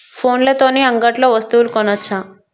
ఫోన్ల తోని అంగట్లో వస్తువులు కొనచ్చా?